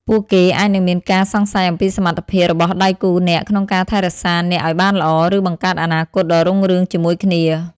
ពួកគេអាចនឹងមានការសង្ស័យអំពីសមត្ថភាពរបស់ដៃគូអ្នកក្នុងការថែរក្សាអ្នកឲ្យបានល្អ ឬបង្កើតអនាគតដ៏រុងរឿងជាមួយគ្នា។